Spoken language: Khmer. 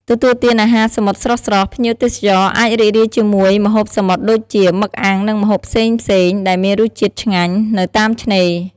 ទទួលទានអាហារសមុទ្រស្រស់ៗ ភ្ញៀវទេសចរអាចរីករាយជាមួយម្ហូបសមុទ្រដូចជា មឹកអាំង និងម្ហូបផ្សេងៗដែលមានរសជាតិឆ្ងាញ់ នៅតាមឆ្នេរ។